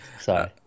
Sorry